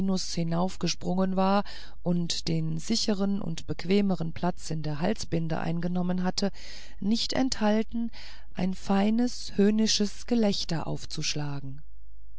hinaufgesprungen war und den sicheren und bequemeren platz in der halsbinde eingenommen hatte nicht enthalten ein feines höhnisches gelächter aufzuschlagen